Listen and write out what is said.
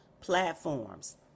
platforms